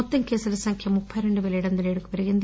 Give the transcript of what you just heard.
మొత్తం కేసుల సంఖ్య ముప్పి రెండు వేల ఏడు వందల ఏడుకు పెరిగింది